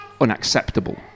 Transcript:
unacceptable